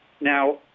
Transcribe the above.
now